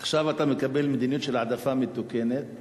עכשיו אתה מקבל מדיניות של העדפה מתקנת,